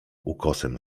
ukosem